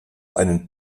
einen